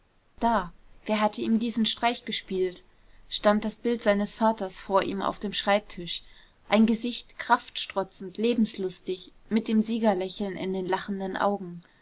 da wer hatte ihm diesen streich gespielt stand das bild seines vaters vor ihm auf dem schreibtisch ein gesicht kraftstrotzend lebenslustig mit dem siegerlächeln in den lachenden augen